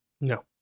No